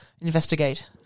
investigate